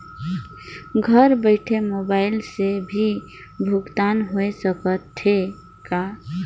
घर बइठे मोबाईल से भी भुगतान होय सकथे का?